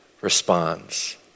responds